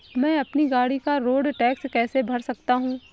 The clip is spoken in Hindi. मैं अपनी गाड़ी का रोड टैक्स कैसे भर सकता हूँ?